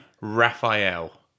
Raphael